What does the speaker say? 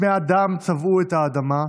כתמי הדם צבעו את האדמה,